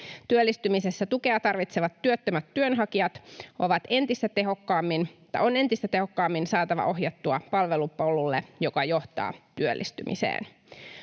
Työllistymisessä tukea tarvitsevat työttömät työnhakijat on entistä tehokkaammin saatava ohjattua palvelupolulle, joka johtaa työllistymiseen.